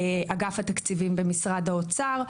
אגף התקציבים במשרד האוצר,